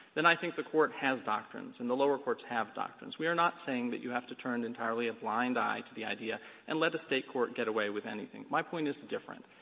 then i think the court has doctrines, and the lower courts have doctrines. we are not saying that you have to turn entirely a blind eye to the idea and let a state court get away with anything. my point is different.